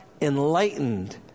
enlightened